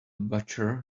butcher